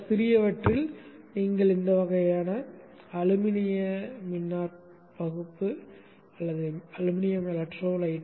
சிறியவற்றில் நீங்கள் இந்த வகையான அலுமினிய மின்னாற்பகுப்பு aluminum electrolytic